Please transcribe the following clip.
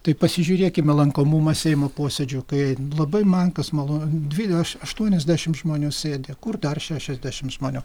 tai pasižiūrėkime lankomumą seimo posėdžių kai labai menkas malo dvi aš aštuoniasdešimt žmonių sėdi kur dar šešiasdešimt žmonių